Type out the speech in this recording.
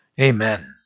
Amen